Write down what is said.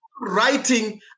writing